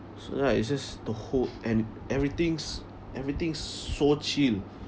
so ya it's just the hope and everything's everything's so chill